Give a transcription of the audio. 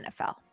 NFL